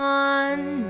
on